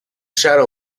shadow